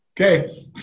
Okay